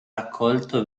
raccolto